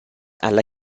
alla